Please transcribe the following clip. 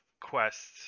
quests